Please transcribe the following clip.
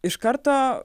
iš karto